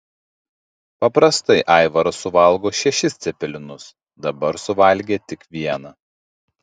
paprastai aivaras suvalgo šešis cepelinus dabar suvalgė tik vieną